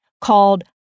called